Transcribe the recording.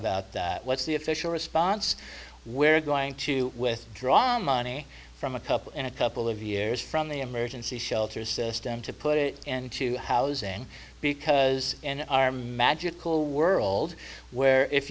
about that what's the official response we're going to withdraw money from a cup and a couple of years from the emergency shelter system to put it into housing because in our magical world where if